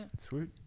sweet